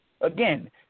Again